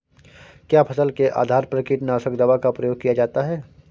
क्या फसल के आधार पर कीटनाशक दवा का प्रयोग किया जाता है?